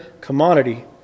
commodity